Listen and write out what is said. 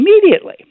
immediately